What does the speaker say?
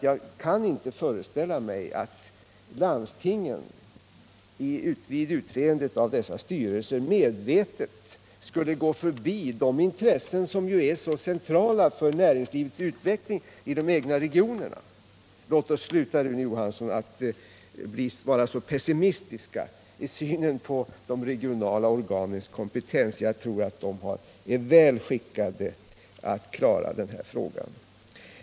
Jag kan inte föreställa mig att landstingen vid utseendet av dessa styrelser medvetet skulle gå förbi de intressen som ju är av så central betydelse för näringslivets utveckling i den egna regionen. Låt oss, Rune Johansson, sluta att vara så pessimistiska i synen på de regionala organens kompetens. Jag tror att de är väl skickade att klara den här frågan.